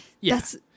Yes